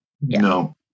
No